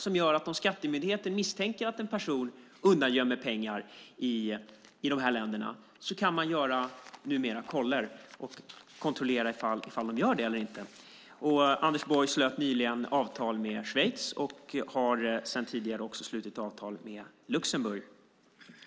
Om skattemyndigheten misstänker att en person undangömmer pengar i de här länderna kan man numera kontrollera om de gör det eller inte. Anders Borg slöt nyligen avtal med Schweiz och har tidigare slutit avtal med Luxemburg.